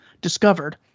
discovered